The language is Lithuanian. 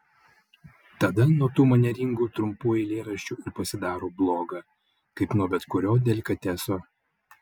tada nuo tų manieringų trumpų eilėraščių ir pasidaro bloga kaip nuo bet kurio delikateso